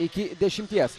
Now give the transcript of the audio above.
iki dešimties